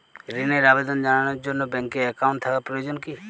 ঋণের আবেদন জানানোর জন্য ব্যাঙ্কে অ্যাকাউন্ট থাকা প্রয়োজন কী?